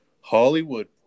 Hollywood